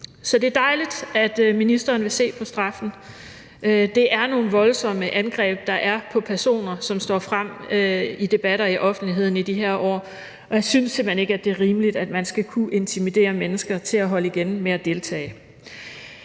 Så det er dejligt, at ministeren vil se på straffen. Det er nogle voldsomme angreb, der er på personer, som står frem i debatter i offentligheden i de her år, og jeg synes simpelt hen ikke, at det er rimeligt, at man skal kunne intimidere mennesker til at holde igen med at deltage.